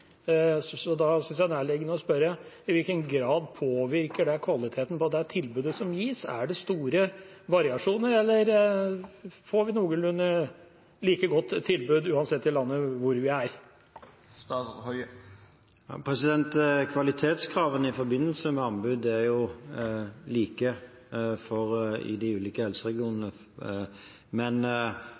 Da synes jeg det er nærliggende å spørre: I hvilken grad påvirker det kvaliteten på tilbudet som gis? Er det store variasjoner, eller får en et noenlunde like godt tilbud uansett hvor i landet en er? Kvalitetskravene i forbindelse med anbud er like i de ulike helseregionene, men